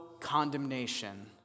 condemnation